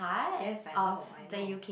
yes I know I know